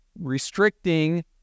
restricting